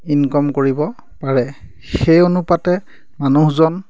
income কৰিব পাৰে সেই অনুপাতে মানুহজন